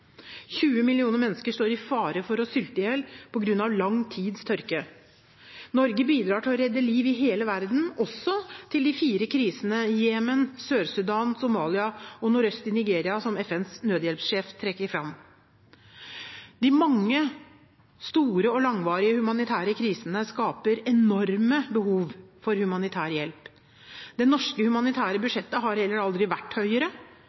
20 millioner mennesker står i fare for å sulte i hjel på grunn av lang tids tørke. Norge bidrar til å redde liv i hele verden, også til de fire krisene i Jemen, Sør-Sudan, Somalia og nordøst i Nigeria, som FNs nødhjelpssjef trekker fram. De mange store og langvarige humanitære krisene skaper enorme behov for humanitær hjelp. Det norske humanitære budsjettet har heller aldri vært høyere,